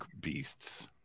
beasts